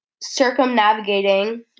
circumnavigating